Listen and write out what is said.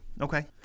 Okay